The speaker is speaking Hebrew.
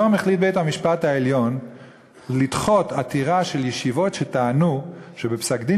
היום החליט בית-המשפט העליון לדחות עתירה של ישיבות שטענו שבפסק-דין